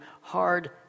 hard